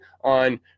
on –